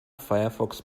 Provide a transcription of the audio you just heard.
firefox